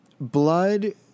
blood